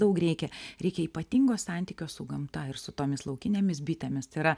daug reikia reikia ypatingo santykio su gamta ir su tomis laukinėmis bitėmis tai yra